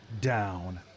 down